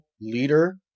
leader